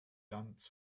ganz